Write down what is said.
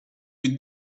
with